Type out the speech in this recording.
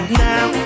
now